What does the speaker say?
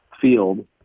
field